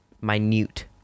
minute